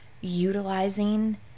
utilizing